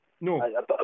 No